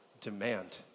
demand